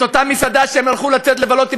את אותה מסעדה שהם הלכו לצאת לבלות בה